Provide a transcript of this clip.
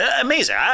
Amazing